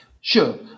Sure